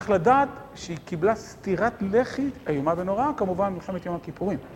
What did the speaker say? צריך לדעת שהיא קיבלה סתירת לחי, איומה ונוראה כמובן, במלחמת ים הכיפורים.